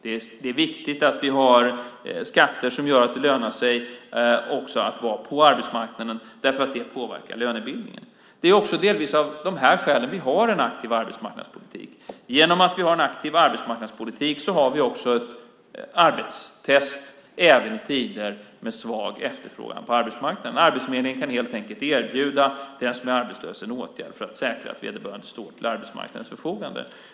Det är också viktigt att vi har skatter som gör att det lönar sig att vara på arbetsmarknaden, därför att det påverkar lönebildningen. Det är delvis av de här skälen som vi har en aktiv arbetsmarknadspolitik. Genom att vi har en aktiv arbetsmarknadspolitik har vi ett arbetstest även i tider med svag efterfrågan på arbetsmarknaden. Arbetsförmedlingen kan helt enkelt erbjuda den som är arbetslös en åtgärd för att säkra att vederbörande står till arbetsmarknadens förfogande.